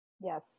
Yes